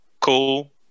cool